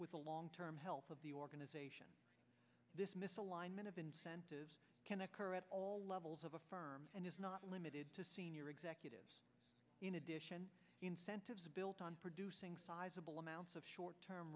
with the long term health of the organization this misalignment of incentives can occur at all levels of a firm and is not limited to senior executives in addition built on producing sizable amounts of short term